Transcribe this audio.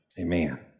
amen